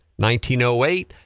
1908